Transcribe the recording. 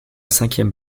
cinquième